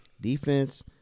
Defense